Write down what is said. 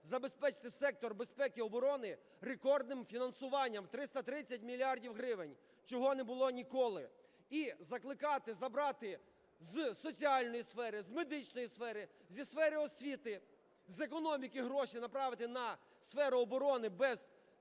забезпечити сектор безпеки і оборони рекордним фінансуванням 330 мільярдів гривень, чого не було ніколи. І закликати забрати з соціальної сфери, з медичної сфери, зі сфери освіти, з економіки гроші і направити на сферу оборони без